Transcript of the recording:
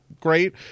great